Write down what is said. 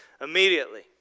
immediately